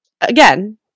again